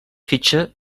fitxa